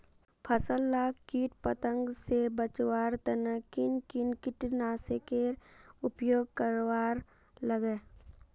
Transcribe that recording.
फसल लाक किट पतंग से बचवार तने किन किन कीटनाशकेर उपयोग करवार लगे?